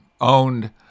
owned